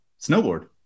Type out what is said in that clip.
snowboard